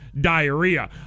diarrhea